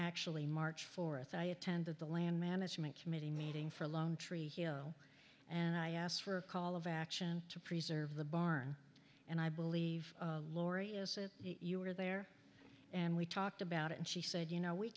actually march fourth i attended the land management committee meeting for a long tree hill and i asked for a call of action to preserve the barn and i believe laurie is it you were there and we talked about it and she said you know we